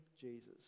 Jesus